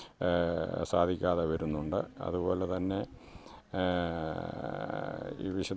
സാധിക്കാതെ വരുന്നുണ്ട് അതുപോലെതന്നെ ഈ വിശുദ്ധ